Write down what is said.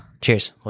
cheers